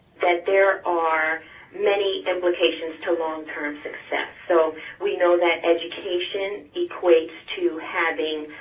that there are many implications to long term success. so we know that education equates to having